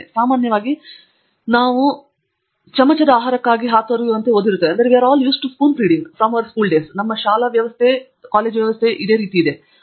ಸಾಮಾನ್ಯವಾಗಿ ನಾವು ಚಮಚದ ಆಹಾರಕ್ಕಾಗಿ ಹಾತೊರೆಯುವಂತೆ ಓದಿರುತ್ತೇವೆ ಎಂದು ತಿಳಿದಿದೆ ನಮ್ಮ ಶಾಲೆಗಳು ಶಾಲಾ ವ್ಯವಸ್ಥೆ ಮತ್ತು ಇತ್ಯಾದಿ